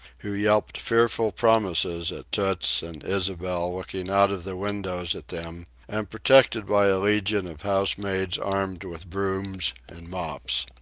who yelped fearful promises at toots and ysabel looking out of the windows at them and protected by a legion of housemaids armed with brooms and mops.